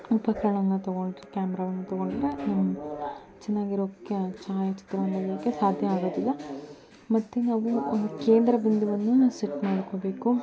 ಉಪಕರಣವನ್ನು ತೊಗೊಂಡರೆ ಕ್ಯಾಮ್ರಾವನ್ನು ತೊಗೊಂಡರೆ ನಾವು ಚೆನ್ನಾಗಿರೋದು ಕ್ಯಾ ಛಾಯಾಚಿತ್ರವನ್ನು ಹಿಡಿಯೋಕೆ ಸಾಧ್ಯ ಆಗೋದಿಲ್ಲ ಮತ್ತೆ ನಾವು ಕೇಂದ್ರ ಬಿಂದುವನ್ನು ಸೆಟ್ ಮಾಡ್ಕೋಬೇಕು